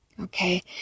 Okay